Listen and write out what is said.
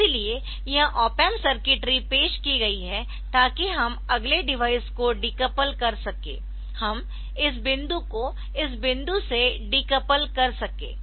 इसीलिए यह op amp circuitry पेश कि गयी है ताकि हम अगले डिवाइस को डीकपल कर सकें हम इस बिंदु को इस बिंदु से डीकपल कर सकते है